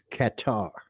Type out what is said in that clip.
Qatar